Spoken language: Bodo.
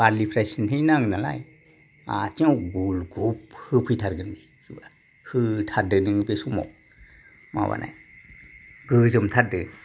बारलिफ्रा सिनथायनो नाङो नालाय आथिङाव गुलगुब होफैथारगोन बेयो होथारदो नोङो बे समाव माबानाइ गोजोमथारदो